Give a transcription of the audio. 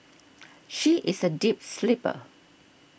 she is a deep sleeper